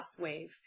wave